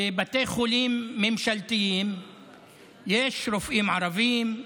בבתי חולים ממשלתיים יש רופאים ערבים,